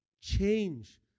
change